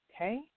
Okay